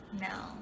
No